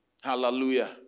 Hallelujah